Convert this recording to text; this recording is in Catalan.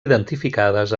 identificades